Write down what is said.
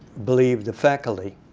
believe the faculty